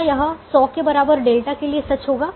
क्या यह 100 के बराबर डेल्टा के लिए सच होगा